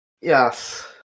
Yes